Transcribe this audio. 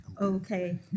Okay